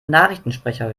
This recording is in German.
nachrichtensprecher